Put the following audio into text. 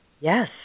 Yes